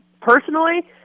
Personally